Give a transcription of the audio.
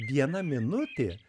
viena minutė